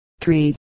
tree